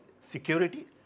security